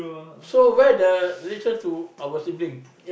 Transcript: so where are the riches to our sibling